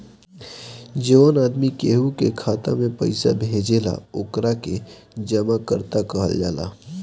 जवन आदमी केहू के खाता में पइसा भेजेला ओकरा के जमाकर्ता कहल जाला